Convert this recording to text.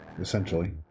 essentially